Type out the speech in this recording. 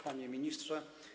Panie Ministrze!